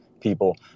people